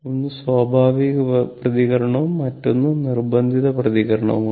ഒന്ന് സ്വാഭാവിക പ്രതികരണവും മറ്റൊന്ന് നിർബന്ധിത പ്രതികരണവുമാണ്